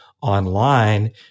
online